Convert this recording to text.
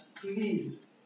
please